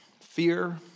fear